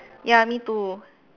ya me too